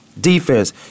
Defense